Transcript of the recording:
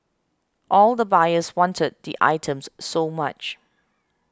all the buyers wanted the items so much